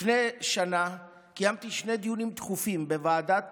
לפני שנה קיימתי שני דיונים דחופים בוועדת